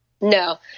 No